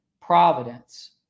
Providence